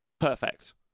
Perfect